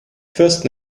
first